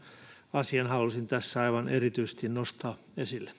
asian halusin tässä aivan erityisesti nostaa esille